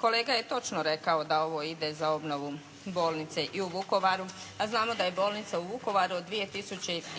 Kolega je točno rekao da ovo ide za obnovu bolnice i u Vukovaru, a znamo da je bolnica u Vukovaru od 2000.